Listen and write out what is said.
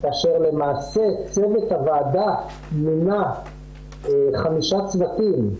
כאשר למעשה צוות הוועדה מינה חמישה צוותים.